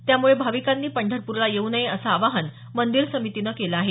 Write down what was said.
त्यामुळे भाविकांनी पंढरपूरला येऊ नये असं आवाहन मंदिर समितीनं केलं आहे